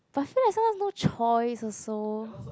but still I saw no choice also